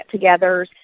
get-togethers